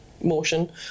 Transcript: motion